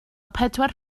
pedwar